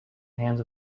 hands